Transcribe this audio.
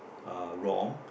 uh wrong